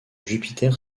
jupiter